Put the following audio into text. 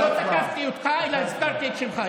לא תקפתי אותך אלא הזכרתי את שמך.